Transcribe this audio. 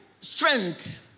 strength